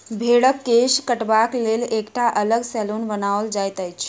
भेंड़क केश काटबाक लेल एकटा अलग सैलून बनाओल जाइत अछि